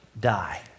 die